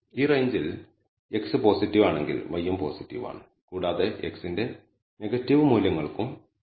ഈ റേഞ്ചിൽ x positive ആണെങ്കിൽ y യും പോസിറ്റീവ് ആണ് കൂടാതെ x ന്റെ നെഗറ്റീവ് മൂല്യങ്ങൾക്കും y ഇപ്പോഴും പോസിറ്റീവ് ആണ്